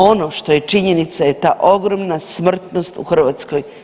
Ono što je činjenica je ta ogromna smrtnost u Hrvatskoj.